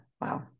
Wow